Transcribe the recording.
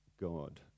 God